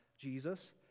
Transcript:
Jesus